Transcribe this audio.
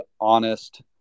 honest